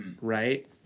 right